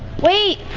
wait!